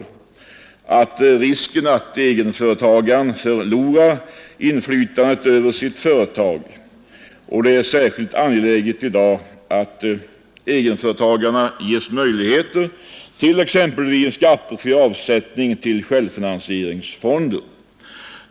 Med tanke på risken att egenföretagaren förlorar inflytandet över sitt företag är det i dag särskilt angeläget att egenföretagarna ges möjligheter till exempelvis skattefri avsättning till självfinansieringsfonder.